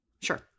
Sure